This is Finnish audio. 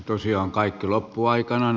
tosiaan kaikki loppuu aikanaan